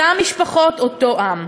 אותן משפחות, אותו עם.